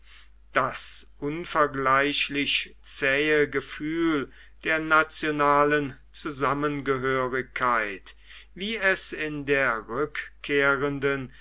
das unvergleichlich zähe gefühl der nationalen zusammengehörigkeit wie es in der rückkehrenden